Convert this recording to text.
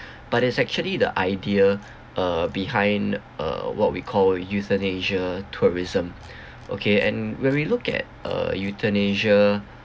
but it's actually the idea uh behind uh what we call euthanasia tourism okay and when we look at uh euthanasia